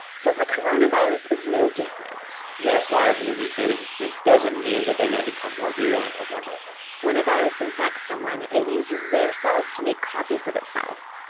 says the coronavirus is no different yes, viruses are mutating. it doesn't mean that they're going to become more virulent or more deadly when a virus infects someone, it uses their cells to make copies of itself.